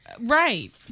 Right